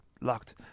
locked